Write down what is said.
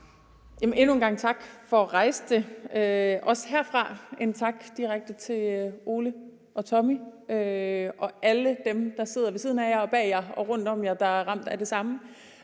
Endnu en gang tak for at rejse det, og også herfra en tak direkte til Ole, Tommy og alle dem, der sidder ved siden af jer, bag jer og rundt om jer, der er ramt af det samme,